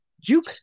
juke